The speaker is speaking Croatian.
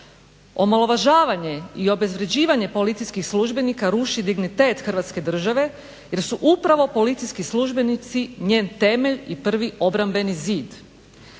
Omalovažavanje i obezvređivanje policijskih službenika ruši dignitet Hrvatske države jer su upravo policijski službenici njen temelj i prvi obrambeni zid.